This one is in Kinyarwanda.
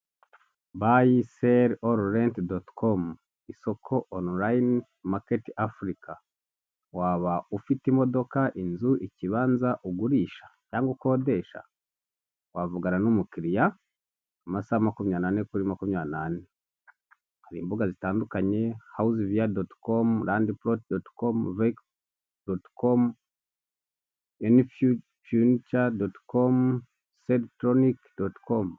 Bayi, seli, oru renti dontui komu isoko onulayini, maketi Afurika, waba ufite imodoka inzu ikibanza ugurisha cyangwa ukodesha, wavugana n'umukiliriya amasaha makumyabiri n'ane kuri makumyabiri n'ane, hari imbuga zitandukanye, hawuze vuta doti komu, landi purotu dotikomu, vehike dotikomu, anifiyuca dotikomu, selitoronike dotikomu.